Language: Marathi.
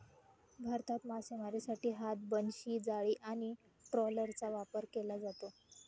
भारतात मासेमारीसाठी हात, बनशी, जाळी आणि ट्रॉलरचा वापर केला जातो